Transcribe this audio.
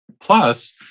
Plus